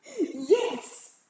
Yes